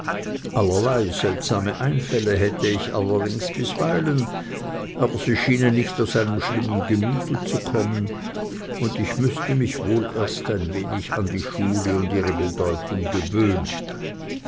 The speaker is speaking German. allerlei seltsame einfälle hätte ich allerdings bisweilen aber sie schienen nicht aus einem schlimmen gemüte zu kommen und ich müßte mich wohl erst ein wenig an die schule und ihre bedeutung gewöhnen